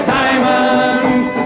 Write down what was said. diamonds